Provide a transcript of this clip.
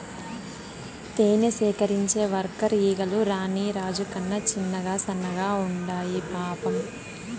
తేనె సేకరించే వర్కర్ ఈగలు రాణి రాజు కన్నా చిన్నగా సన్నగా ఉండాయి పాపం